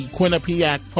Quinnipiac